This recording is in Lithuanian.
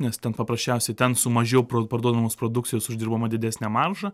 nes ten paprasčiausiai ten su mažiau parduodamos produkcijos uždirbama didesnė marža